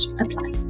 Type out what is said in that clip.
apply